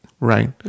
Right